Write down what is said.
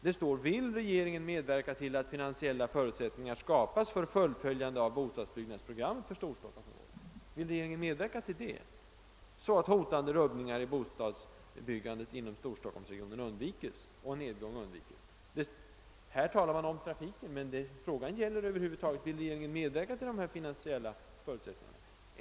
Det står: »Vill regeringen medverka till att finansiella förutsättningar skapas för fullföljande av bostadsbyggnadsprogrammet i Storstockholmsområdet?» Vill regeringen medverka till det, så att hotande rubbningar och nedgång i bostadsbyggandet inom <:Storstockholmsregionen undvikes? Här talar man om trafiken, men frågan gäller om regeringen över huvud taget vill medverka till att skapa de finansiella förutsättningarna.